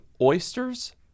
oysters